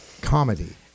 comedy